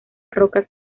rocas